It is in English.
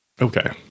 Okay